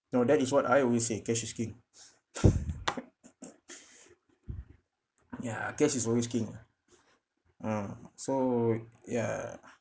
no that is what I always say cash is king ya cash is always king lah mm so ya